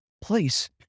place